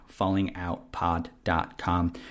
fallingoutpod.com